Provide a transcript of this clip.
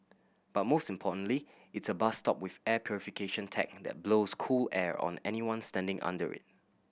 but most importantly it's a bus stop with air purification tech that blows cool air on anyone standing under it